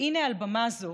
והינה על במה זו